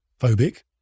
phobic